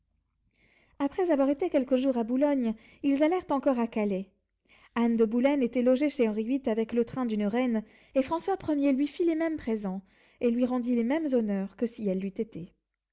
après avoir été quelques jours à boulogne ils allèrent encore à calais anne de boulen était logée chez henri viii avec le train d'une reine et françois premier lui fit les mêmes présents et lui rendit les mêmes honneurs que si elle l'eût été